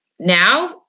Now